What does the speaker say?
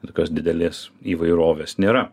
tokios didelės įvairovės nėra